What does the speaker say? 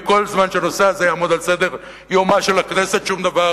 וכל זמן שהנושא הזה יעמוד על סדר-יומה של הכנסת שום דבר